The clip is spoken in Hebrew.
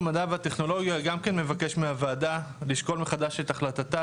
המדע והטכנולוגיה גם כן מבקש מהוועדה לשקול מחדש את החלטתה